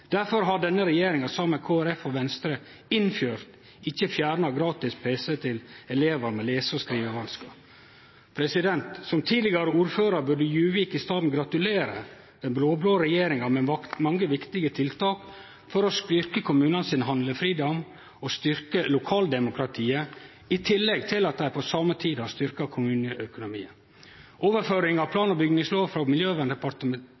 har denne regjeringa saman med Kristeleg Folkeparti og Venstre innført, ikkje fjerna, gratis pc til elevar med lese- og skrivevanskar. Som tidlegare ordførar burde Juvik i staden gratulere den blå-blå regjeringa med mange viktige tiltak for å styrkje handlefridomen til kommunane og styrkje lokaldemokratiet, i tillegg til at dei på same tid har styrkt kommuneøkonomien. Overføringa av